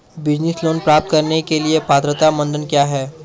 Business loan प्राप्त करने के लिए पात्रता मानदंड क्या हैं?